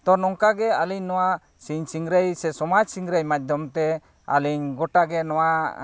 ᱛᱚ ᱱᱚᱝᱠᱟᱜᱮ ᱟᱹᱞᱤᱧ ᱱᱚᱣᱟ ᱥᱤᱧ ᱥᱤᱝᱨᱟᱹᱭ ᱥᱮ ᱥᱚᱢᱟᱡᱽ ᱥᱤᱝᱨᱟᱹᱭ ᱢᱟᱫᱽᱫᱷᱚᱢᱼᱛᱮ ᱟᱹᱞᱤᱧ ᱜᱳᱴᱟᱜᱮ ᱱᱚᱣᱟ